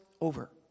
over